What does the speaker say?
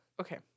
Okay